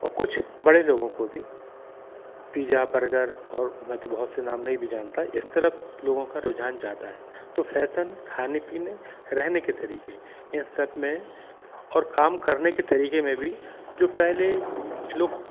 और कुछ बड़े लोगों को भी पिज्जा बर्गर और मैं तो बहुत से नाम नहीं भी जानता इस तरफ लोगों का रुझान जाता है तो फैशन खाने पीने रहने के तरीके इन सब में और काम करने के तरीके में भी जो पहले लोग